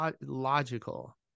logical